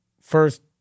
First